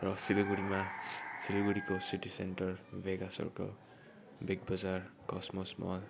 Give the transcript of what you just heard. र सिलगढीमा सिलगढीको city centre Vega circle Big Bazaar Cosmos मल